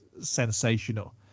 sensational